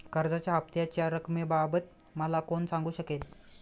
कर्जाच्या हफ्त्याच्या रक्कमेबाबत मला कोण सांगू शकेल?